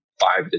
five